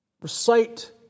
Recite